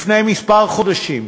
לפני כמה חודשים,